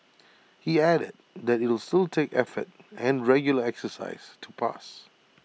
he added that IT will still take effort and regular exercise to pass